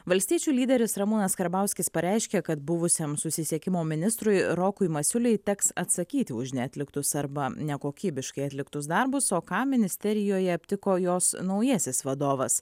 valstiečių lyderis ramūnas karbauskis pareiškė kad buvusiam susisiekimo ministrui rokui masiuliui teks atsakyti už neatliktus arba nekokybiškai atliktus darbus o ką ministerijoje aptiko jos naujasis vadovas